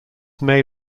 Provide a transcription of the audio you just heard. may